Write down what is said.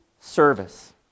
service